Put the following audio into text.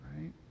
right